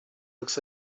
looks